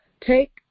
take